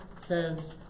says